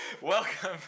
Welcome